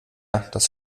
das